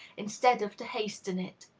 instead of to hasten it.